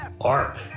arc